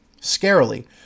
Scarily